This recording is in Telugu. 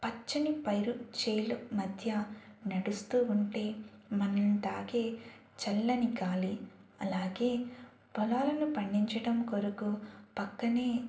పచ్చని పైరు చేలు మధ్య నడుస్తూ ఉంటే మనల్ని తాకే చల్లని గాలి అలాగే పొలాలను పండించటం కొరకు పక్కనే